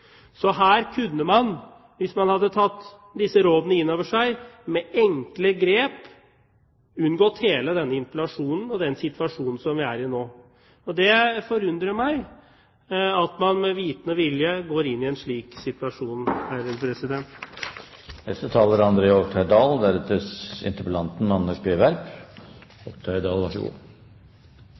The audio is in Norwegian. Så her kunne man hvis man hadde tatt disse rådene inn over seg, med enkle grep unngått hele denne interpellasjonen og den situasjonen som vi er i nå. Og det forundrer meg at man med vitende og vilje går inn i en slik situasjon. Jeg synes det er